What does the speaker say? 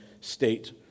state